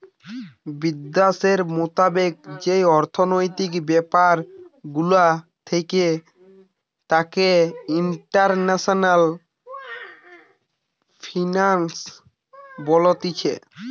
বিদ্যাশের মোতাবেক যেই অর্থনৈতিক ব্যাপার গুলা থাকে তাকে ইন্টারন্যাশনাল ফিন্যান্স বলতিছে